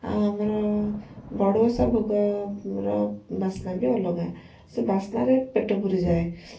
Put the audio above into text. ଆଉ ଆମର ବଡ଼ଓଷା ଭୋଗର ବାସ୍ନା ବି ଅଲଗା ସେ ବାସ୍ନାରେ ପେଟ ପୁରିଯାଏ